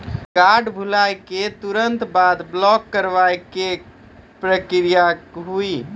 Card भुलाए के तुरंत बाद ब्लॉक करवाए के का प्रक्रिया हुई?